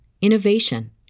innovation